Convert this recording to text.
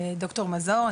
ד"ר מזור,